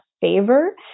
favor